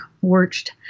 watched